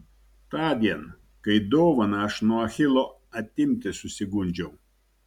tądien kai dovaną aš nuo achilo atimti susigundžiau